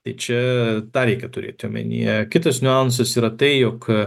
tai čia tą reikia turėti omenyje kitas niuansas yra tai jog